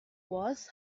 was